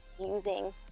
using